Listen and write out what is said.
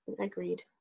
Agreed